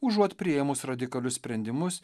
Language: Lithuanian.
užuot priėmus radikalius sprendimus